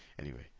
anyway,